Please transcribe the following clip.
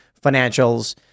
financials